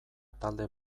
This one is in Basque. talde